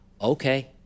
okay